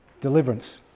deliverance